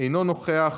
אינו נוכח,